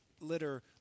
litter